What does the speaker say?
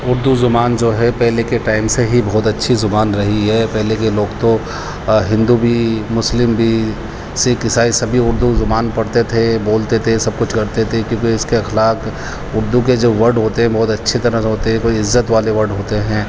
اردو زبان جو ہے پہلے کے ٹائم سے ہی بہت اچھی زبان رہی ہے پہلے کے لوگ تو ہندو بھی مسلم بھی سکھ عیسائی سبھی اردو زبان پڑھتے تھے بولتے تھے سب کچھ کرتے تھے کیونکہ اس کے اخلاق اردو کے جو ورڈ ہوتے ہیں بہت اچھے طرح سے ہوتے ہیں کوئی عزت والے ورڈ ہوتے ہیں